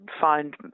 find